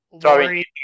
Sorry